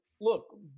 look